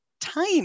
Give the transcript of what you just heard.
time